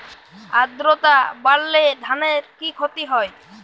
আদ্রর্তা বাড়লে ধানের কি ক্ষতি হয়?